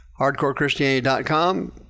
HardcoreChristianity.com